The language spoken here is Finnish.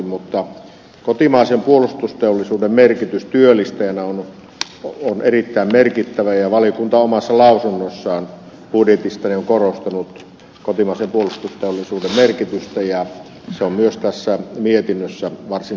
mutta kotimaisen puolustusteollisuuden merkitys työllistäjänä on erittäin merkittävä ja valiokunta on omassa lausunnossaan budjetissa korostanut kotimaisen puolustusteollisuuden merkitystä ja se on myös tässä mietinnössä varsin hyvin huomioitu